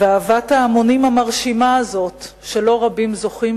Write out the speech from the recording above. ואהבת ההמונים המרשימה הזאת שלא רבים זוכים